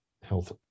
health